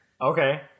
okay